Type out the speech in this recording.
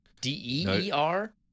D-E-E-R